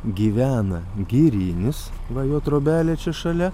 gyvena girinis va jo trobelė čia šalia